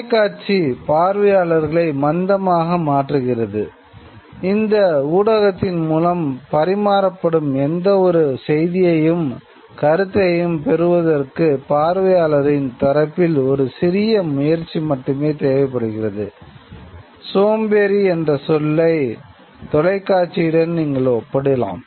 தொலைக்காட்சி என்ற சொல்லை தொலைக்காட்சியுடன் நீங்கள் ஒப்பிடலாம்